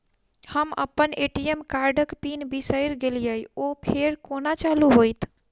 हम अप्पन ए.टी.एम कार्डक पिन बिसैर गेलियै ओ फेर कोना चालु होइत?